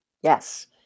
Yes